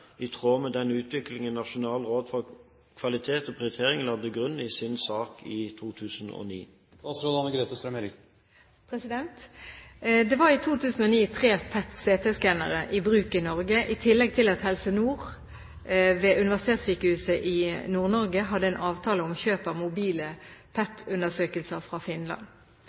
i 2011 i tråd med den utviklingen Nasjonalt råd for kvalitet og prioritering la til grunn i sin sak i 2009?» Det var i 2009 tre PET-CT-skannere i bruk i Norge, i tillegg til at Helse Nord RHF ved Universitetssykehuset i Nord-Norge hadde en avtale om kjøp av mobile PET-undersøkelser fra Finland.